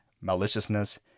maliciousness